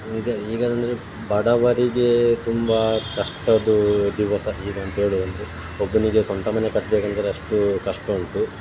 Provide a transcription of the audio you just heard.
ಈಗ ಈಗ ಅಂದರೆ ಬಡವರಿಗೆ ತುಂಬ ಕಷ್ಟದ ದಿವಸ ಈಗ ಅಂತ ಹೇಳುದಂದ್ರೆ ಒಬ್ಬನಿಗೆ ಸ್ವಂತ ಮನೆ ಕಟ್ಟಬೇಕಂದ್ರೆ ಅಷ್ಟು ಕಷ್ಟ ಉಂಟು